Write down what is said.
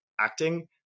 acting